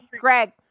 Greg